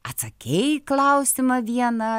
atsakei į klausimą vieną